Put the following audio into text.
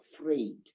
afraid